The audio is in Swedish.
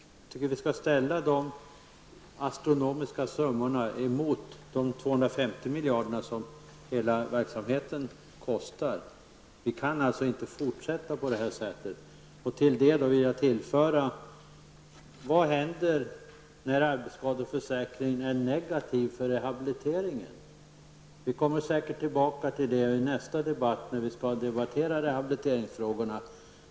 Jag tycker att vi skall ställa de astronomiska summorna mot de 250 miljarder som hela verksamheten kostar. Vi kan alltså inte fortsätta på det här sättet. Dessutom undrar jag: Vad händer när arbetsskadeförsäkringen är negativ för rehabiliteringen? Vi kommer säkert tillbaka till den frågan i nästa debatt när vi skall diskutera rehabiliteringsfrågorna.